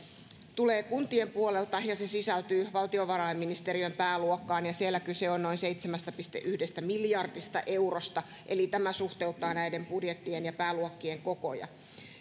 tulee kuntien puolelta ja se sisältyy valtiovarainministeriön pääluokkaan ja siellä kyse on noin seitsemästä pilkku yhdestä miljardista eurosta eli tämä suhteuttaa näiden budjettien ja pääluokkien kokoja